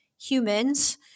humans